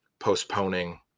postponing